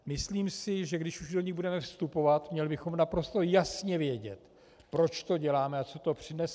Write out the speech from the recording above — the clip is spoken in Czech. Myslím si, že když už do ní budeme vstupovat, měli bychom naprosto jasně vědět, proč to děláme a co to přinese.